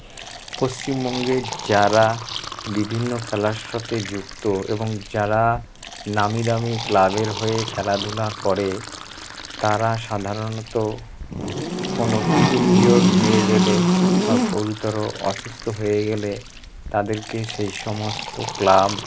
পশ্চিমবঙ্গের যারা বিভিন্ন খেলার সাথে যুক্ত এবং যারা নামীদামী ক্লাবের হয়ে খেলাধুলা করে তারা সাধারণত কোনো ইনজিওরড হয়ে গেলে বা গুরুতর অসুস্থ হয়ে গেলে তাদেরকে সেই সমস্ত ক্লাব